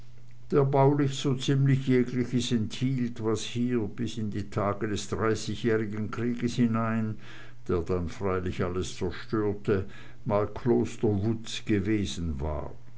der baulich so ziemlich jegliches enthielt was hier bis in die tage des dreißigjährigen krieges hinein der dann freilich alles zerstörte mal kloster wutz gewesen war